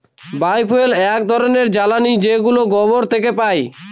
বায় fuel এক ধরনের জ্বালানী যেগুলো গোবর থেকে পাই